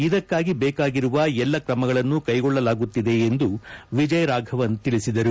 ಇದಕ್ಕಾಗಿ ಬೇಕಾಗಿರುವ ಎಲ್ಲ ಕ್ರಮಗಳನ್ನು ಕೈಗೊಳ್ಳಲಾಗುತ್ತಿದೆ ಎಂದು ವಿಜಯ ರಾಫವನ್ ತಿಳಿಬಿದರು